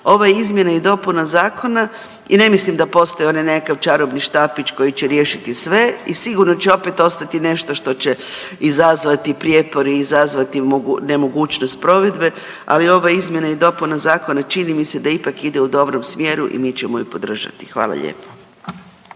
Ove izmjene i dopuna Zakona, i ne mislim da postoji onaj nekakav čarobni štapić koji će riješiti sve i sigurno će opet ostati nešto što će izazvati prijepore i izazvati nemogućnost provedbe, ali ova izmjene i dopuna Zakona čini mi se da ipak ide u dobrom smjeru i mi ćemo ih podržati. Hvala lijepo.